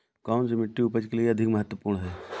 कौन सी मिट्टी उपज के लिए अधिक महत्वपूर्ण है?